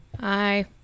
Hi